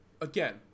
Again